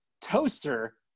toaster